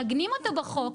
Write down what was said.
מעגנים אותו בחוק,